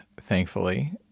thankfully